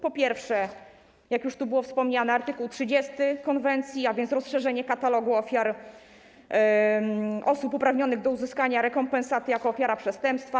Po pierwsze, jak już tu było wspomniane, chodzi o art. 30 konwencji, a więc rozszerzenie katalogu ofiar, osób uprawnionych do uzyskania rekompensat jako ofiara przestępstwa.